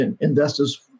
investors